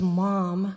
mom